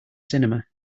cinema